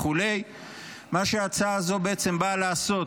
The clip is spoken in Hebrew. מה שההצעה הזו באה לעשות